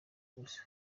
gusa